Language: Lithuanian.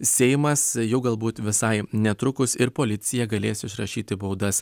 seimas jau galbūt visai netrukus ir policija galės išrašyti baudas